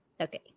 okay